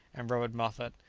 and robert moffat,